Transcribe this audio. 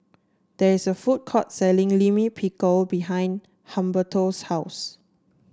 there is a food court selling Lime Pickle behind Humberto's house